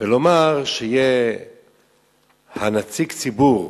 ולומר שנציג הציבור